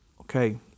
okay